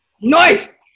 Nice